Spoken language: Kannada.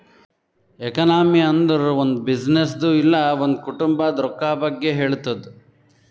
ಎಕನಾಮಿ ಅಂದುರ್ ಒಂದ್ ಬಿಸಿನ್ನೆಸ್ದು ಇಲ್ಲ ಒಂದ್ ಕುಟುಂಬಾದ್ ರೊಕ್ಕಾ ಬಗ್ಗೆ ಹೇಳ್ತುದ್